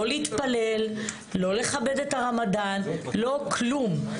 לא להתפלל, לא לכבד את הרמדאן, לא כלום.